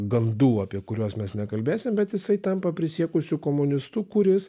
gandų apie kuriuos mes nekalbėsim bet jisai tampa prisiekusiu komunistu kuris